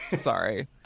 Sorry